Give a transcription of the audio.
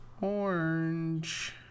orange